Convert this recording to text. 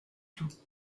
tout